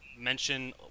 mention